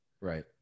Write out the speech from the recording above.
Right